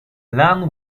land